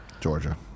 Georgia